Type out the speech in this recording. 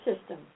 system